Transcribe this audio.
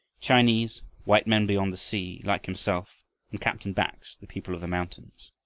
chinese, white men beyond the sea like himself and captain bax, the people of the mountains